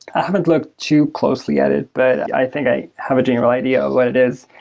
i haven't looked too closely at it, but i think i have a general idea of what it is.